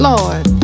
Lord